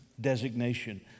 designation